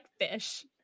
fish